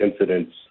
incidents